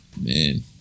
man